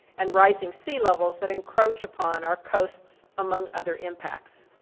and rising sea levels that encroach upon our coasts, among other impacts.